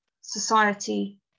society